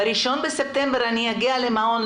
ב-1 בספטמבר אני אגיע למעון,